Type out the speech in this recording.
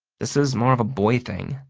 this is more of a boy thing,